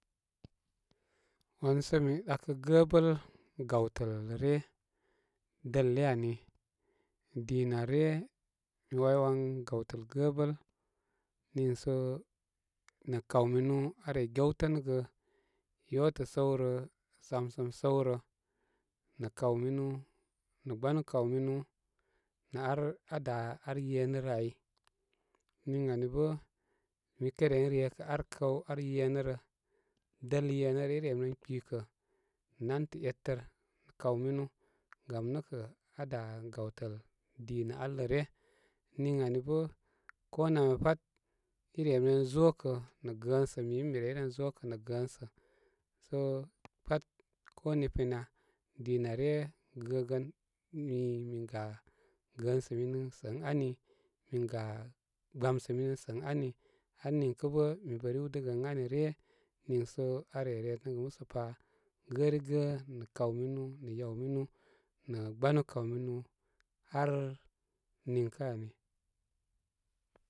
Wanu sə mi ɗakə gəbəl gawtəl lə ryə dəl iyə ani, dina rya mi wayawan gawəl gəbəl niisə nə kawminu aare getənəgə yotə sə wrə samsəm səwrə nə kawminu nə gbanu kawminu nə ar aada ar yenə rə ai niŋ ani bə mi kən re rekə ar kaw ar yenərə, dəl yenə rə i remi ren kpikə nantə etər kaw minu gam nə kə aa da gawtəl dina al lə ryə niŋ ami bə ko namya pat, i remi ren zokə nə gəənsə mi bə mi rey ren zokə nə gəənsə sə konipinya, dina iyə gəgən. Mi min ga gəəsə minə sə ən ani min ga gbamsə minə sə ən ani har niŋkə bə riwdəgə ən aniryə sə aare resəgə musəpa gərigə nə kaw mime nə yaw minu nə gbanu kaw minu, har niŋkə ani.